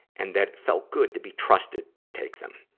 and that it felt good to be trusted to take them.